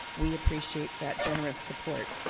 we appreciate that generous support.